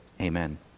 Amen